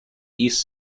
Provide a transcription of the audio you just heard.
east